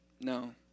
No